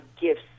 gifts